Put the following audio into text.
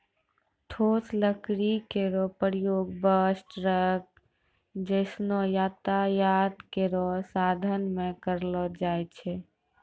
ठोस लकड़ी केरो प्रयोग बस, ट्रक जैसनो यातायात केरो साधन म करलो जाय छै